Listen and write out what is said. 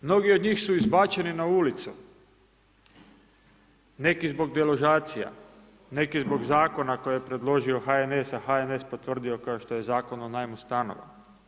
Mnogi od njih su izbačeni na ulicu, neki zbog deložacija, neki zbog Zakona koji je predložio HNS, a HNS potvrdio, kao što je Zakonom o najmu stanova.